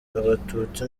abatutsi